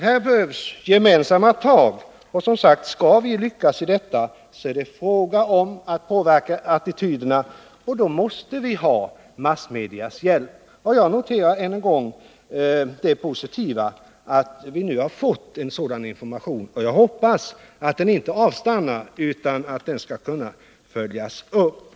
Det behövs gemensamma tag. Jag noterar än en gång det positiva i att vi nu har fått en sådan information. Jag hoppas att den inte avstannar utan att den skall kunna följas upp.